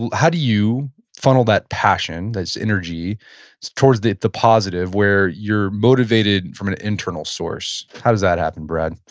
how do you funnel that passion, this energy towards the the positive where you're motivated from an internal source. how does that happen, brad?